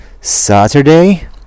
Saturday